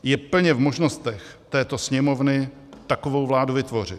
Je plně v možnostech této Sněmovny takovou vládu vytvořit.